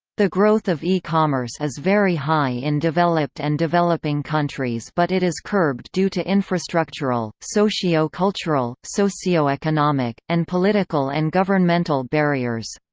the growth of e-commerce is very high in developed and developing countries but it is curbed due to infrastructural, socio-cultural, socio-economic, and political and governmental barriers.